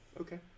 Okay